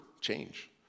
change